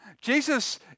Jesus